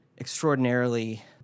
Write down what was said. extraordinarily